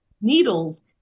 needles